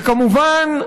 וכמובן,